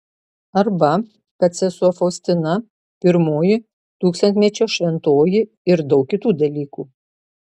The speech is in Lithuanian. arba kad sesuo faustina pirmoji tūkstantmečio šventoji ir daug kitų dalykų